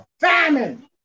famine